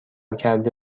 کرده